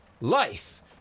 Life